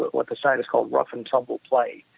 what the scientists call rough-and-tumble play.